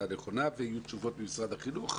הנכונה ויהיו תשובות ממשרד החינוך.